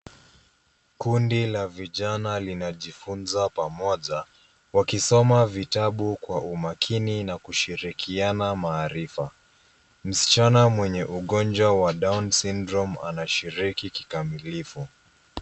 Kundi la vijana linajifunza pamoja wakisoma vitabu kwa umakini na kushirikiana maarifa. Msichana mwenye ugonjwa wa Down's syndrome anashiriki kikamilifu.